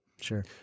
Sure